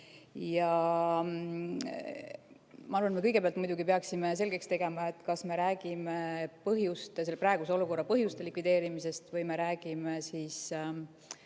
Ma arvan, et me kõigepealt muidugi peaksime selgeks tegema, kas me räägime selle praeguse olukorra põhjuste likvideerimisest või me räägime sisuliselt